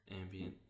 ambient